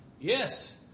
Yes